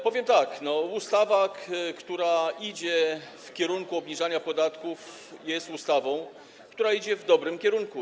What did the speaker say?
Powiem tak, ustawa, która idzie w kierunku obniżania podatków, jest ustawą, która idzie w dobrym kierunku.